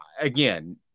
again